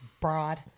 broad